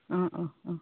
অঁ অঁ অঁ